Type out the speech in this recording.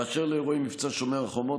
אשר לאירועי מבצע שומר החומות,